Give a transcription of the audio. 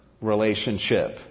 relationship